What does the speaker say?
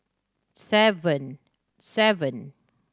seven seven